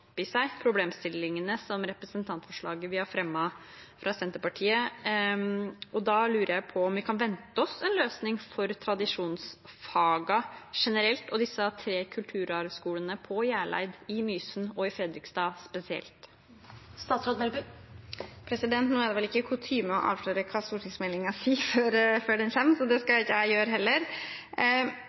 problemstillingene i representantforslaget som vi har fremmet fra Senterpartiet. Da lurer jeg på om vi kan vente oss en løsning for tradisjonsfagene generelt, og for disse tre kulturarvskolene på Hjerleid, i Mysen og i Fredrikstad spesielt? Nå er det vel ikke kutyme å avsløre hva en stortingsmelding sier før den kommer, så det skal ikke jeg gjøre heller.